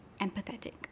empathetic